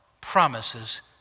promises